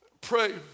pray